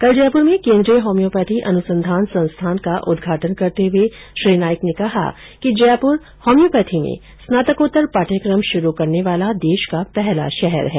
कल जयपुर में केन्द्रीय होम्योपैथी अनुसंधान संस्थान का उदघाटन करते हुए श्री नाईक ने कहा कि जयपुर होम्योपैथी में स्नातकोत्तर पाठ्यक्रम शुरू करने वाला देश का पहला शहर है